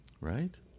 Right